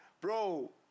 Bro